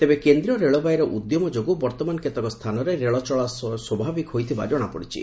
ତେବେ କେନ୍ଦ୍ରୀୟ ରେଳବାଇର ଉଦ୍ୟମ ଯୋଗୁଁ ବର୍ତ୍ତମାନ କେତେକ ସ୍ଥାନରେ ରେଳ ଚଳାଚଳ ସ୍ୱଭାବିକ ହୋଇଥିବା ଜଣାପଡ଼ିଛି